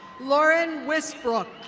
lauren whisbrook.